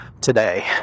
today